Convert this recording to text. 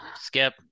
Skip